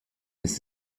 ist